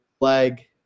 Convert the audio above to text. leg